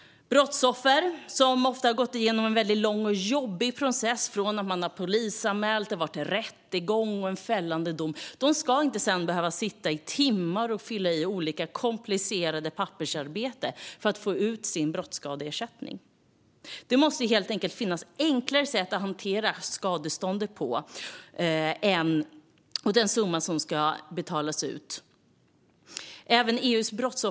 Brottsoffer som har gått igenom den ofta långa och jobbiga processen från polisanmälan till rättegång och fällande dom ska inte sedan behöva sitta i timmar och fylla i komplicerat pappersarbete för att få ut sin brottskadeersättning. Det måste finnas enklare sätt att hantera skadestånden på, och summan för ersättningen måste höjas.